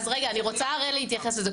אני רוצה להתייחס לזה.